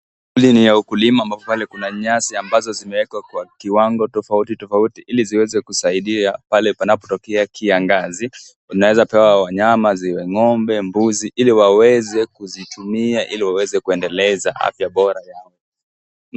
Shughuli ni za ukulima ambapo pale kuna nyasi ambazo zimewekwa kwa kiwango tofautitofauti ili ziweze kusaidia pale panapotokea kiangazi. Zinaweza pewa wanyama, ziwe ng'ombe, mbuzi ili waweze kuzitumia iliwaweze kuendeleza afya bora yao.